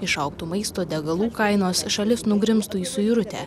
išaugtų maisto degalų kainos šalis nugrimztų į suirutę